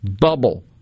bubble